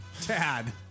Tad